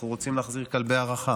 אנחנו רוצים להחזיר כלבי הרחה.